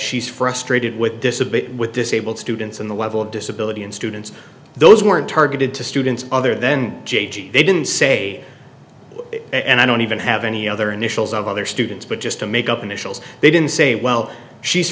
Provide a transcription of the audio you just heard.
she's frustrated with disability with disabled students and the level of disability in students those weren't targeted to students other then j g they didn't say and i don't even have any other initials of other students but just to make up initials they didn't say well she's